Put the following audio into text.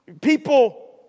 people